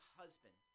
husband